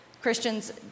Christians